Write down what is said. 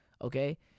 Okay